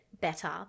better